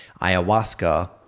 ayahuasca